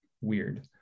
weird